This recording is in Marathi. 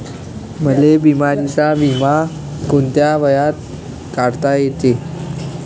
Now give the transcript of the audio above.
मले बिमारीचा बिमा कोंत्या वयात काढता येते?